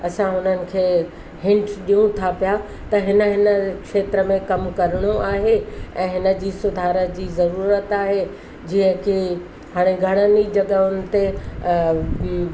असां उन्हनि खे हेठि ॾियूं था पिया त हिन हिन खेत्र में कमु करिणो आहे ऐं हिन जी सुधार जी ज़रूरत आहे जीअं की हाणे घणनि ई जॻहियुनि ते